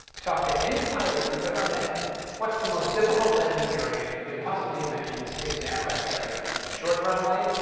talk to any pilot you've ever met what's the most difficult landing area you can possibly imagine? they'd say it's an aircraft carrier short runway,